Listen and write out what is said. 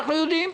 אנחנו יודעים.